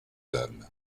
dame